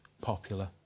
popular